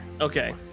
Okay